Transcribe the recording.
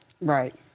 Right